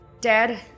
Dad